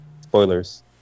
Spoilers